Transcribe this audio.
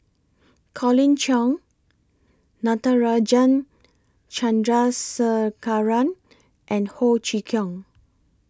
Colin Cheong Natarajan Chandrasekaran and Ho Chee Kong